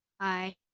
Hi